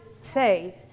say